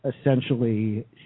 essentially